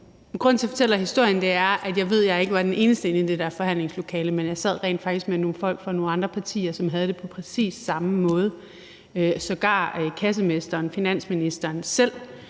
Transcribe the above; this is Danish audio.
Grunden til, at jeg fortæller historien, er, at jeg ved, at jeg ikke var den eneste inde i det der forhandlingslokale, for jeg sad rent faktisk med nogle folk fra nogle andre partier, som havde det på præcis samme måde. Sågar kassemesteren, finansministeren selv,